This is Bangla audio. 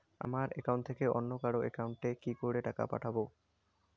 আমার একাউন্ট থেকে অন্য কারো একাউন্ট এ কি করে টাকা পাঠাবো?